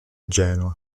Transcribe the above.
genoa